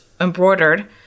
embroidered